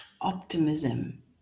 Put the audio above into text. optimism